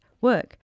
work